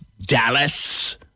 Dallas